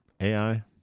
AI